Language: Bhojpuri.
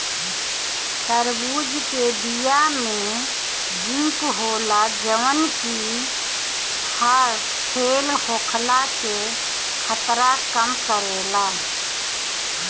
तरबूज के बिया में जिंक होला जवन की हर्ट फेल होखला के खतरा कम करेला